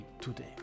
today